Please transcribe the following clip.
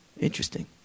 Interesting